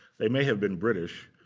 they may have been british,